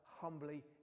humbly